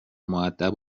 مودب